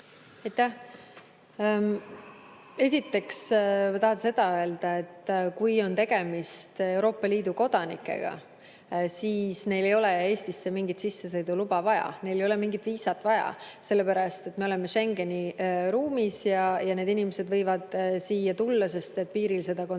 Esiteks ma tahan seda öelda, et kui on tegemist Euroopa Liidu kodanikega, siis neil ei ole Eestisse mingit sissesõiduluba vaja, neil ei ole mingit viisat vaja. Me oleme Schengeni ruumis ja need inimesed võivad siia tulla, sest piiril kontrolli